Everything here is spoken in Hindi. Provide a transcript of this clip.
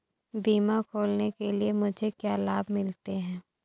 बीमा खोलने के लिए मुझे क्या लाभ मिलते हैं?